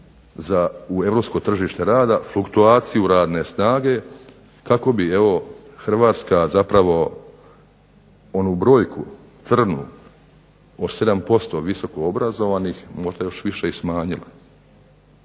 za u Europsko tržište rada, fluktuaciju radne snage kako bi evo Hrvatska zapravo onu brojku crnu od 7% visokoobrazovanih možda još više i smanjila.